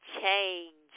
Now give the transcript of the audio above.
change